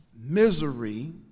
misery